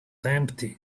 empty